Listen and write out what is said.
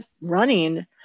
running